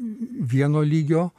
vieno lygio